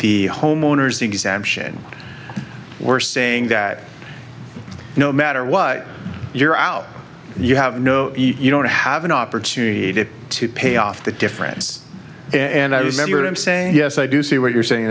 the homeowner's exemption we're saying that no matter what you're out you have no don't have an opportunity to pay off the different and i remember him saying yes i do see what you're saying